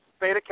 beta